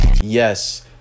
Yes